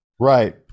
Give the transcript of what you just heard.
Right